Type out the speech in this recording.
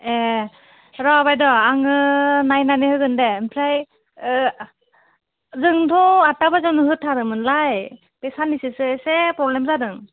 ए र' बायद' आङो नायनानै होगोन दे ओमफ्राय ओ जोंथ' आतथा बाजियावनो होथारोमोनलाय बे साननैसोसो एसे प्रब्लेम जादों